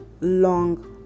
long